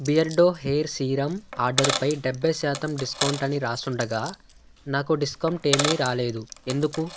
Beardo hair serum ఆర్డరుపై డెబ్బై శాతం డిస్కౌంట్ అని రాసుండగా నాకు డిస్కౌంట్ ఏమీ రాలేదు ఎందుకు